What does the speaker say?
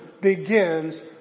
begins